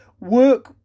work